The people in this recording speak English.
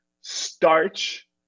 starch